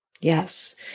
Yes